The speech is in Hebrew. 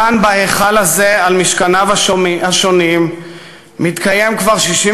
כאן בהיכל הזה על משכניו השונים מתקיים כבר 65